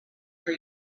for